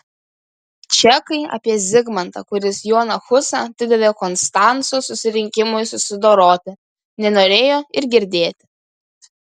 čekai apie zigmantą kuris joną husą atidavė konstanco susirinkimui susidoroti nenorėjo ir girdėti